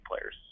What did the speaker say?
players